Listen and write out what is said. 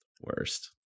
worst